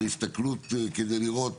בהסתכלות כדי לראות